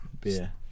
beer